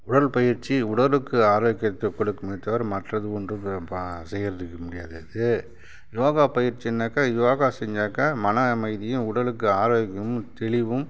உடற்பயிற்சி உடலுக்கு ஆரோக்கியத்தை கொடுக்குமே தவிர மற்றது ஒன்றும் செய்கிறதுக்கு முடியாது அதுக்கு யோகாப் பயிற்சின்னாக்கா யோகா செஞ்சாக்கா மன அமைதியும் உடலுக்கு ஆரோக்கியமும் தெளிவும்